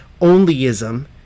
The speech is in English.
onlyism